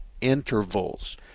intervals